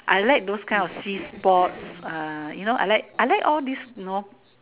I like those kind of sea sports uh you know I like I like all these you know